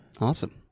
Awesome